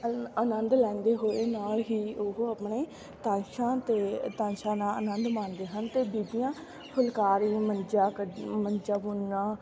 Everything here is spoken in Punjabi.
ਆ ਆਨੰਦ ਲੈਂਦੇ ਹੋਏ ਨਾਲ ਹੀ ਉਹ ਆਪਣੇ ਤਾਸ਼ਾਂ ਅਤੇ ਤਾਸ਼ਾਂ ਦਾ ਆਨੰਦ ਮਾਣਦੇ ਹਨ ਅਤੇ ਬੀਬੀਆਂ ਫੁਲਕਾਰੀ ਮੰਜਾ ਕੱ ਮੰਜਾ ਬੁਣਨਾ